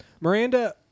Miranda